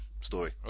story